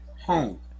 home